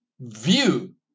view